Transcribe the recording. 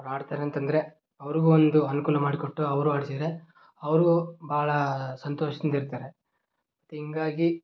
ಅವ್ರು ಆಡ್ತಾರಂತಂದ್ರೆ ಅವ್ರಿಗೂ ಒಂದು ಅನುಕೂಲ ಮಾಡಿಕೊಟ್ಟು ಅವರೂ ಆಡಿಸಿದ್ರೆ ಅವರೂ ಬಹಳ ಸಂತೋಷದಿಂದ ಇರ್ತಾರೆ ಮತ್ತು ಹಿಂಗಾಗಿ